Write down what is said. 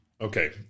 Okay